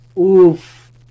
Oof